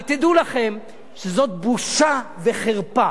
אבל תדעו לכם שזאת בושה וחרפה.